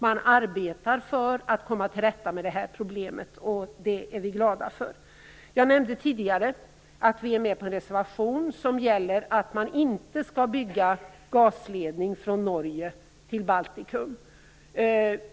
Man arbetar för att komma till rätta med detta problem, och det är vi glada för. Jag nämnde tidigare att vi är med på en reservation som gäller att det inte skall byggas gasledning från Norge till Baltikum.